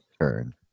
turn